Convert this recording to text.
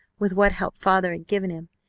with what help father had given him,